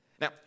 Now